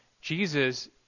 Jesus